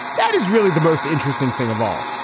that is really the most interesting thing of all.